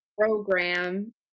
program